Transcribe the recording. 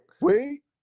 wait